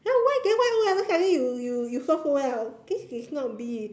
ya why then why o-level suddenly you you you score so well this is not be